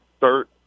third